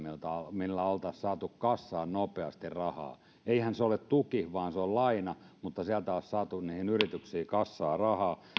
millä oltaisi saatu kassaan nopeasti rahaa eihän se ole tuki vaan se on laina mutta sieltä olisi saatu niihin yrityksiin kassaan rahaa